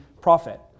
profit